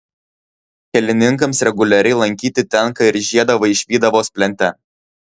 kelininkams reguliariai lankyti tenka ir žiedą vaišvydavos plente